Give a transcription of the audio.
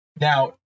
now